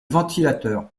ventilateur